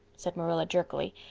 said marilla jerkily.